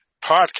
podcast